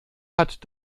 hat